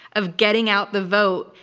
of getting out the vote,